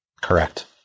Correct